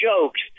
jokes